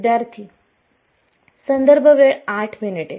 विद्यार्थीः